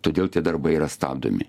todėl tie darbai yra stabdomi